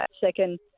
second